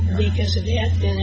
and then